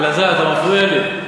אלעזר, אתה מפריע לי.